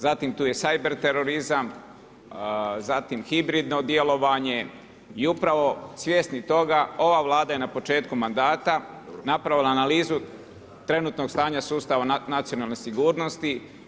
Zatim tu je cyber terorizam, zatim hibridno djelovanje i upravo svjesni toga ova Vlada je na početku mandata napravila analizu trenutnog stanja sustava nacionalne sigurnosti.